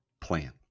plan